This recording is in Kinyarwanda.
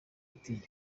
ati